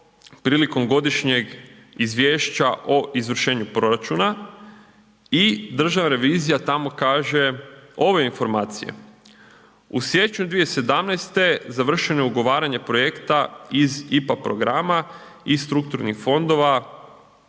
prilikom godišnjeg izvješća o izvršenju proračuna i Državna revizija tamo kaže ove informacije. U siječnju 2017. završeno je ugovaranje projekta iz IPA programa i strukturnih fondova